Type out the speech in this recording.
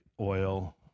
oil